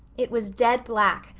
it was dead black,